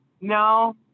no